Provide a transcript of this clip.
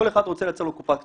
כל אחד רוצה לייצר לו קופה קטנה.